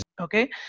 okay